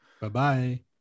bye-bye